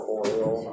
oil